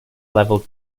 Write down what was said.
level